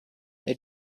they